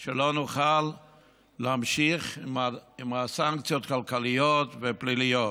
אז שלא נוכל להמשיך עם הסנקציות הכלכליות והפליליות,